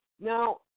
Now